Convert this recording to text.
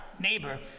neighbor